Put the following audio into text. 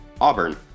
Auburn